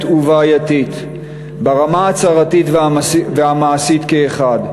ובעייתית ברמה ההצהרתית והמעשית כאחד.